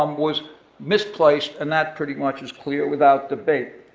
um was misplaced, and that pretty much is clear without debate.